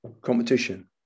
competition